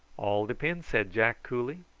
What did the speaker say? all depends, said jack coolly.